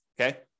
okay